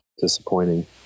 disappointing